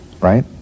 right